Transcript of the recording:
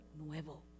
nuevo